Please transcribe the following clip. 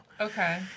okay